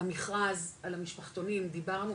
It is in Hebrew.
המכרז על המשפחתונים דיברנו,